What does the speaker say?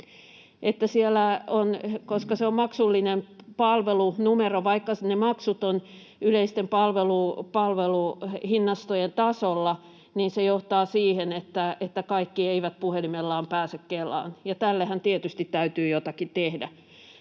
koska se on maksullinen palvelunumero. Vaikka ne maksut ovat yleisten palveluhinnastojen tasolla, niin se johtaa siihen, että kaikki eivät puhelimellaan pääse Kelaan, ja tällehän tietysti täytyy jotakin tehdä.